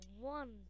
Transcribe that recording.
one